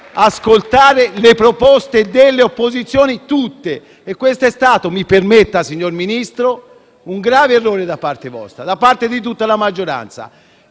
ascoltare le proposte di tutte le opposizioni. Questo è stato - mi permetta, signor Ministro - un grave errore da parte vostra e da parte di tutta la maggioranza.